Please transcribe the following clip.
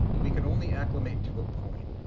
we can only acclimate to a point.